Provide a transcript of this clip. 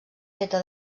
feta